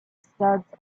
studs